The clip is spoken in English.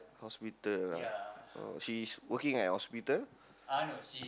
hospital lah oh she's working at hospital